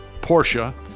Porsche